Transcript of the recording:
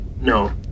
No